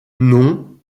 non